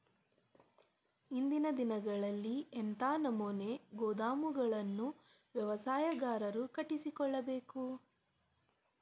ಇಂದಿನ ದಿನಗಳಲ್ಲಿ ಎಂಥ ನಮೂನೆ ಗೋದಾಮುಗಳನ್ನು ವ್ಯವಸಾಯಗಾರರು ಕಟ್ಟಿಸಿಕೊಳ್ಳಬೇಕು?